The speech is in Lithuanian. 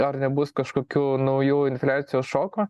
ar nebus kažkokių naujų infliacijos šoko